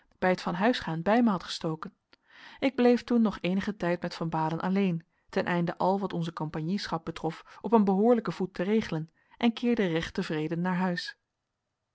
bij t van huis gaan bij mij had gestoken ik bleef toen nog eenigen tijd met van baalen alleen ten einde al wat onze compagnieschap betrof op een behoorlijken voet te regelen en keerde recht tevreden naar huis